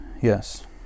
Yes